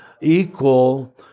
equal